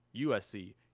usc